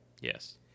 Yes